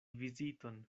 viziton